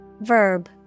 Verb